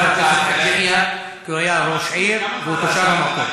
כי הוא היה ראש עיר והוא תושב המקום.